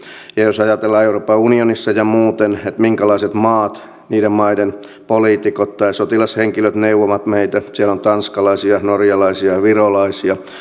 jos ajatellaan euroopan unionissa ja muuten sitä minkälaiset maat ja millaisten maiden poliitikot tai sotilashenkilöt neuvovat meitä siellä on tanskalaisia norjalaisia ja virolaisia